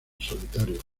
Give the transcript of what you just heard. solitario